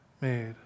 made